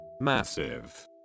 massive